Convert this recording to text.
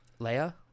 Leia